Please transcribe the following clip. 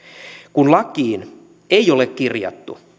kun lakiin ei ole kirjattu